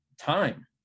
time